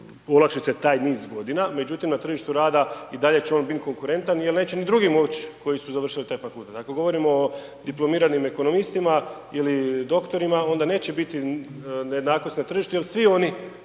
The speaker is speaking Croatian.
olakšice taj niz godina, međutim na tržištu rada i dalje će on biti konkurentan jel neće ni drugi moć koji su završili taj fakultet. Dakle govorimo o diplomiranim ekonomistima ili doktorima onda neće biti nejednakosti na tržištu jel svi oni